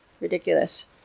Ridiculous